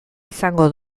izango